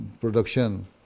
production